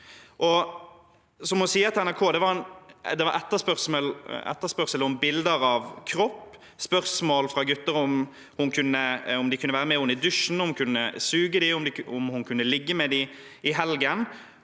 Det var etterspørsel etter bilder av kropp, spørsmål fra gutter om de kunne være med henne i dusjen, om hun kunne suge dem, om hun kunne ligge med dem